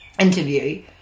interview